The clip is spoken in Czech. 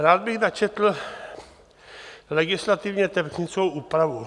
Rád bych načetl legislativně technickou úpravu.